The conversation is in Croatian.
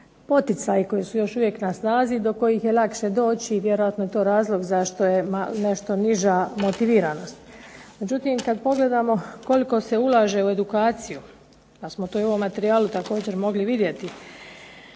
poticaji koji su još uvijek na snazi i do kojih je lakše doći i vjerojatno je to razlog zašto je nešto niža motiviranost. Međutim, kada pogledamo koliko se ulaže u edukaciju pa smo i u ovom materijalu mogli vidjeti,